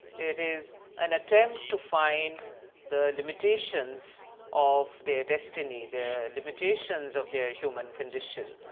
it is an attempt to find the limitations of their destiny, the limitations of their human condition.